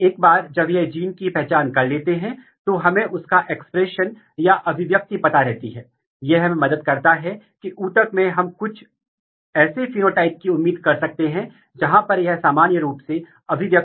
तो आप कई जीनों की पहचान कर सकते हैं जिनके समान फेनोटाइप या समान फ़ेनोटाइप हो सकते हैं फिर अध्ययन कैसे करें